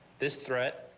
this threat.